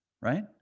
right